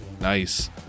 Nice